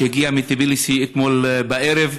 שהגיע במיוחד מטביליסי אתמול בערב,